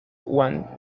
one